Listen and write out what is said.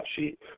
sheet